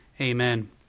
Amen